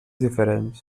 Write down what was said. diferents